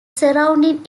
surrounding